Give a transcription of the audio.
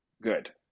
good